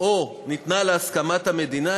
או ניתנה לה הסכמת המדינה,